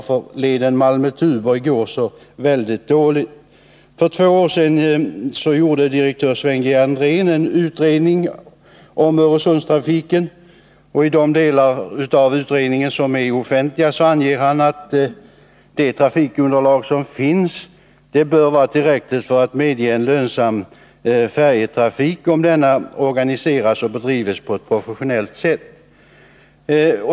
För två år sedan gjorde direktör Sven G. Andrén en utredning om Öresundstrafiken. Och i de delar av utredningen som är offentliga anger han att det trafikunderlag som finns bör vara tillräckligt för att medge en lönsam färjetrafik, om denna organiseras och bedrivs på ett professionellt sätt.